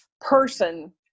person